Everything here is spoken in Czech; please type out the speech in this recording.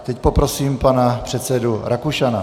Teď poprosím pana předsedu Rakušana.